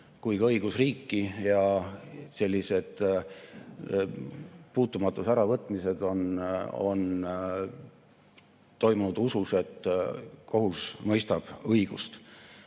kui ka õigusriiki. Ja sellised puutumatuse äravõtmised on toimunud usus, et kohus mõistab õigust.